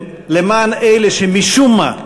למען אלה שמשום מה,